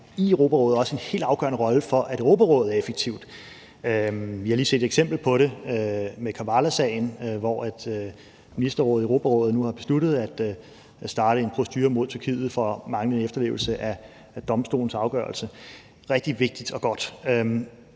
i Europarådet også en helt afgørende rolle for, at Europarådet er effektivt. Vi har lige set et eksempel på det med Kavalasagen, hvor Ministerrådet og Europarådet nu har besluttet at opstarte en procedure mod Tyrkiet for manglende efterlevelse af Domstolens afgørelse. Det er rigtig vigtigt og godt.